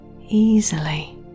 easily